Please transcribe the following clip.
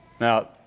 Now